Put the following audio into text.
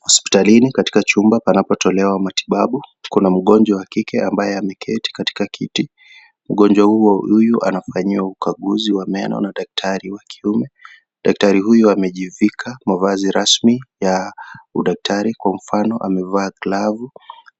Hospitalini katika chumba cha kutolea matibabu. Kuna mgonjwa wa kike ambaye ameketi katika kiti. Mgonjwa huyu anafanyiwa ukaguzi wa meno na daktari wa kiume. Daktari huyo amejivika mavazi rasmi ya udaktari kwa mfano amevaa glavu